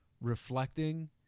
reflecting